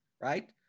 right